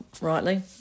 rightly